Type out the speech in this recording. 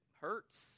hurts